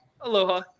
Aloha